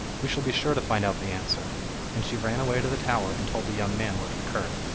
we shall be sure to find out the answer and she ran away to the tower, and told the young man what had occurred.